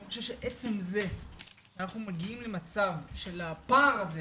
אני חושב שעצם זה שאנחנו מגיעים למצב של הפער הזה,